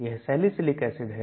यह Salicylic acid है